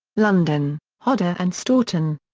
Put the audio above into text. london hodder and stoughton.